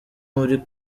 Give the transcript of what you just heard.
muri